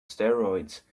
steroids